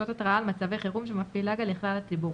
אותות התרעה על מצבי חירום שמפעיל הג"א לכלל הציבור,